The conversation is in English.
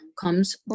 comes